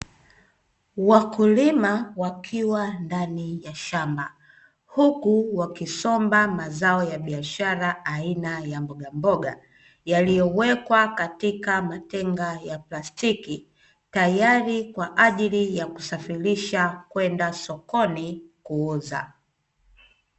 Wakulima wakiwa ndani ya shamba, huku wakisomba mazao ya biashara aina ya mbogamboga yaliyowekwa katika matenga ya plastiki, tayari kwa ajili ya kusafirisha kwenda sokoni kuuza.